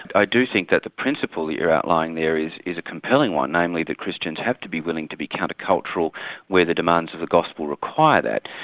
i do think that the principle that you're outlining there is is a compelling one, namely that christians have to be willing to be counter-cultural where the demands of the gospel require that.